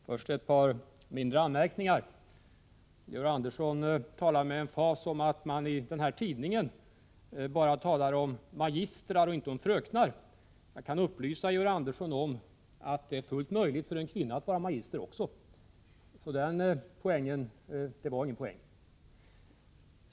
Herr talman! Först ett par mindre anmärkningar. Georg Andersson talar med emfas om att man i tidningen Äpplet bara talar om magistrar och inte om fröknar. Jag kan upplysa Georg Andersson om att det är fullt möjligt för en kvinna att vara magister, så den poängen var ingen poäng.